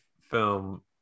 film